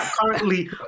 currently